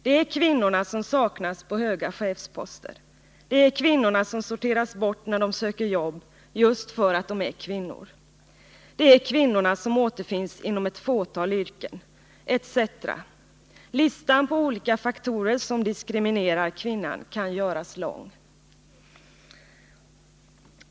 Det är kvinnorna som saknas på höga chefsposter, det är kvinnorna som sorteras bort när de söker jobb, just för att de är kvinnor. Det är kvinnorna som återfinns inom ett fåtal yrken etc. Listan på olika faktorer som diskriminerar kvinnan kan göras lång.